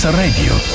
radio